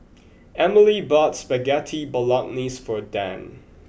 Emely bought Spaghetti Bolognese for Dann